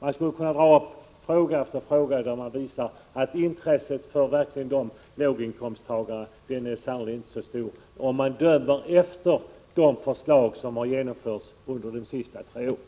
Jag skulle i fråga efter fråga kunna visa att intresset för låginkomsttagarna sannerligen inte är så stort, att döma av de förslag som har genomförts under de senaste tre åren.